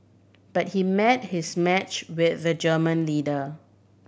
but he met his match with the German lender